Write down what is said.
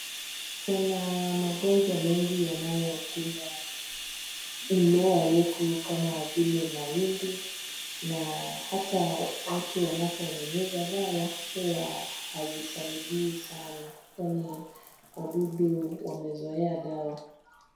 Kuna magonjwa mengi yanayokumba mimea yetu kama vile mahindi na hata watu wanaponyunyiza dawa, hua hazisaidii sana kwani wadudu wamezoea dawa.